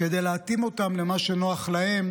כדי להתאים אותם למה שנוח להם,